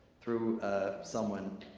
through ah someone,